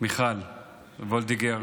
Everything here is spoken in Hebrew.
מיכל וולדיגר.